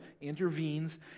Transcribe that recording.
intervenes